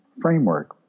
framework